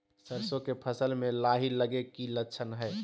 सरसों के फसल में लाही लगे कि लक्षण हय?